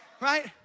right